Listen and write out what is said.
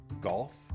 golf